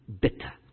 bitter